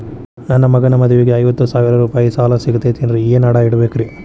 ನನ್ನ ಮಗನ ಮದುವಿಗೆ ಐವತ್ತು ಸಾವಿರ ರೂಪಾಯಿ ಸಾಲ ಸಿಗತೈತೇನ್ರೇ ಏನ್ ಅಡ ಇಡಬೇಕ್ರಿ?